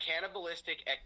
cannibalistic